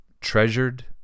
treasured